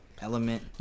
Element